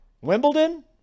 Wimbledon